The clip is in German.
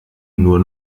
nur